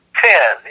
ten